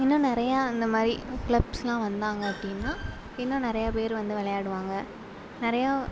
இன்னும் நிறையா இந்த மாதிரி கிளப்ஸ்யெலாம் வந்தாங்க அப்படின்னா இன்னும் நிறையா பேர் வந்து விளையாடுவாங்க நிறையா